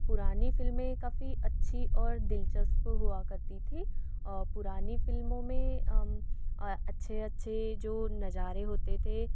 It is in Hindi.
पुरानी फ़िल्में काफ़ी अच्छी और दिलचस्प हुआ करती थी आउ पुरानी फ़िल्मों में अच्छे अच्छे जो नज़ारे होते थे